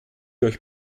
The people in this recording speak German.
euch